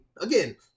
again